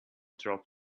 drop